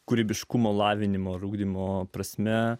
kūrybiškumo lavinimo ir ugdymo prasme